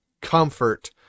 comfort